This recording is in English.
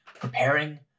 preparing